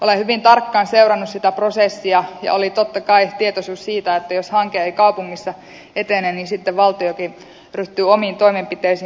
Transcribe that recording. olen hyvin tarkkaan seurannut sitä prosessia ja oli totta kai tietoisuus siitä että jos hanke ei kaupungissa etene niin sitten valtiokin ryhtyy omiin toimenpiteisiin